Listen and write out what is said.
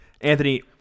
Anthony